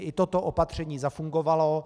I toto opatření zafungovalo.